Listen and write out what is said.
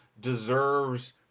deserves